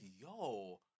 yo